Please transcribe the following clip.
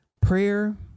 Prayer